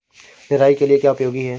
निराई के लिए क्या उपयोगी है?